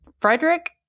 Frederick